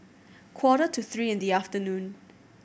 quarter to three in the afternoon